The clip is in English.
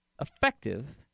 effective